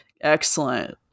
Excellent